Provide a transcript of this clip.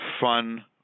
fun